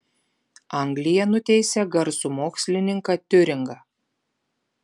anglija nuteisė garsų mokslininką tiuringą